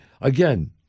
again